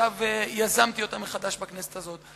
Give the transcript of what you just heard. יזמתי עכשיו מחדש בכנסת הזאת.